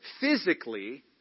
physically